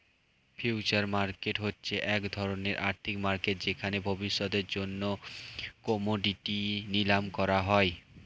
future market হচ্ছে এক ধরণের আর্থিক মার্কেট যেখানে ভবিষ্যতের জন্য কোমোডিটি নিলাম করা হয়